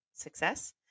success